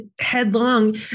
headlong